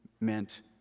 meant